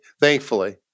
Thankfully